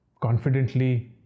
confidently